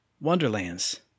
Wonderlands